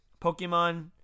Pokemon